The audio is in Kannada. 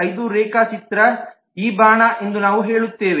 5 ರೇಖಾಚಿತ್ರ ಈ ಬಾಣ ಎಂದು ನಾವು ಹೇಳುತ್ತೇವೆ